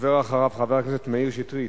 הדובר אחריו, חבר הכנסת מאיר שטרית.